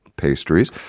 pastries